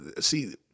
See